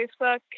Facebook